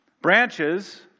Branches